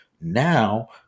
now